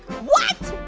what?